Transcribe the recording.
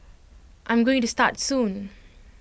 I'm going to start soon